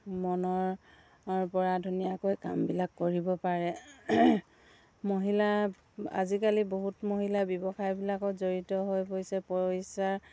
মনৰপৰা ধুনীয়াকৈ কামবিলাক কৰিব পাৰে মহিলা আজিকালি বহুত মহিলা ব্যৱসায়বিলাকত জড়িত হৈ পৰিছে পইচাৰ